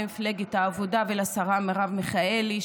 למפלגת העבודה ולשרה מרב מיכאלי,